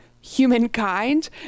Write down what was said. Humankind